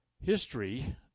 history